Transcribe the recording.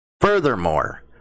Furthermore